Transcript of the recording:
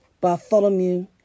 Bartholomew